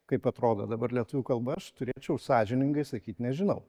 kaip atrodo dabar lietuvių kalba aš turėčiau sąžiningai sakyt nežinau